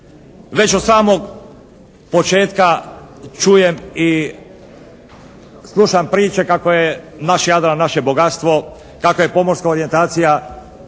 Već od samog početka čujem i slušam priče kako je naš Jadran naše bogatstvo, kako je pomorska orijentacija